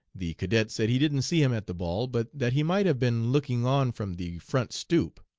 the cadet said he didn't see him at the ball, but that he might have been looking on from the front stoop!